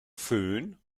fön